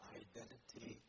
identity